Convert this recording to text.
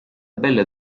belle